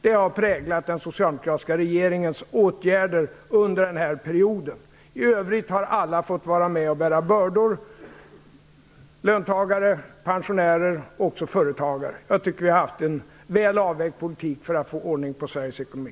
Detta har präglat den socialdemokratiska regeringens åtgärder under den här perioden. I övrigt har alla fått vara med om att bära bördor: löntagare, pensionärer och också företagare. Jag tycker att vi har haft en väl avvägd politik för att få ordning på Sveriges ekonomi.